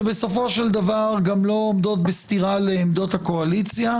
שבסופו של דבר גם לא עומדות בסתירה לעמדות הקואליציה,